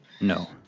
No